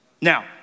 Now